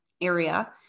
area